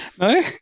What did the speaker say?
No